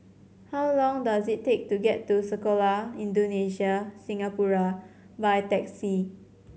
how long does it take to get to Sekolah Indonesia Singapura by taxi